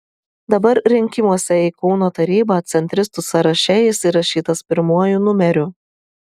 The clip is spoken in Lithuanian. dabar rinkimuose į kauno tarybą centristų sąraše jis įrašytas pirmuoju numeriu